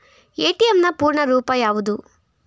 ATM ನ ಪೂರ್ಣ ರೂಪ ಯಾವುದು?